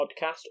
Podcast